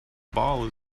ball